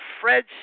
Fred